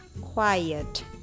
quiet